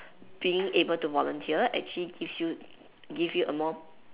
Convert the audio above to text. being able to volunteer actually gives you gives you a more